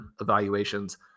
evaluations